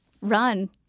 run